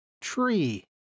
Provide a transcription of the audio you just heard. tree